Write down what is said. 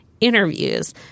interviews